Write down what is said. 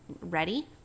ready